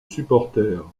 supporters